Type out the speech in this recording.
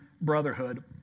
brotherhood